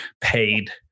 paid